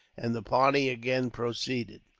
and the party again proceeded.